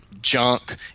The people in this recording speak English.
junk